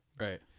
right